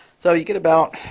so you get about